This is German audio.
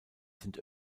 sind